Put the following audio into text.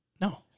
no